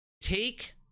take